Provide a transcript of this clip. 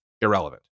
irrelevant